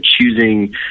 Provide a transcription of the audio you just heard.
choosing